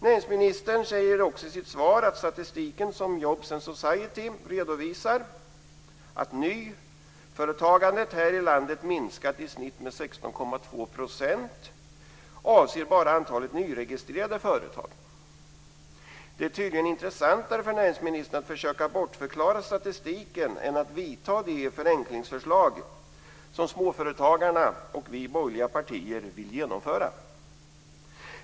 Näringsministern säger också i sitt svar att den statistik som Jobs and Society redovisar, att nyföretagandet här i landet minskat med i snitt 16,2 %, bara avser nyregistrerade företag. Det är tydligen intressantare för näringsministern att försöka bortförklara statistiken än att vidta de förenklingsförslag som småföretagarna och vi borgerliga partier vill genomföra.